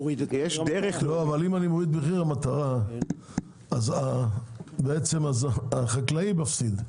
אם אני מוריד את מחיר המטרה אז החקלאי מפסיד.